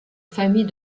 famille